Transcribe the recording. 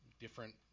different